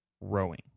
rowing